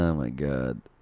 um my god.